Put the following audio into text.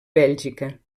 bèlgica